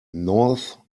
north